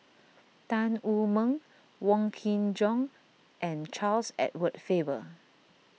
Tan Wu Meng Wong Kin Jong and Charles Edward Faber